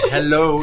Hello